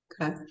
Okay